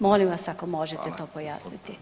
Molim vas ako možete to pojasniti.